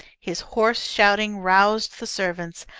his hoarse shouting roused the servants,